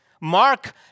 Mark